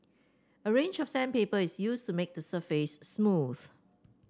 a range of sandpaper is used to make the surface smooth